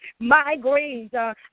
migraines